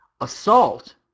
Assault